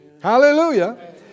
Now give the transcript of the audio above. Hallelujah